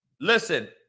listen